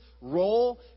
role